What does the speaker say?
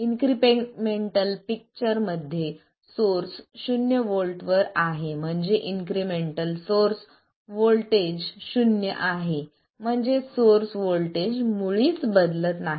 incremental picture मध्ये source शून्य volt वर आहे म्हणजे इन्क्रिमेंटल सोर्स व्होल्टेज शून्य आहे म्हणजेच सोर्स व्होल्टेज मुळीच बदलत नाही